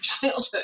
childhood